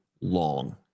long